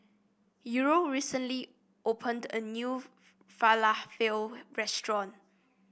Uriel recently opened a new Falafel restaurant